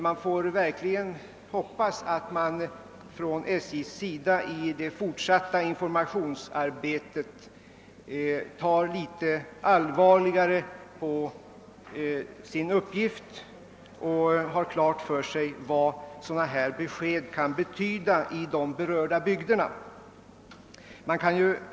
Man får hoppas att SJ vid det fortsatta informationsarbetet tar litet allvarligare på sin uppgift och har klart för sig vad sådana här besked kan betyda i de berörda bygderna.